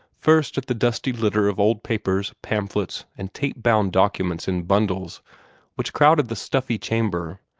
first at the dusty litter of old papers, pamphlets, and tape-bound documents in bundles which crowded the stuffy chamber,